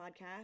podcast